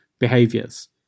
Behaviors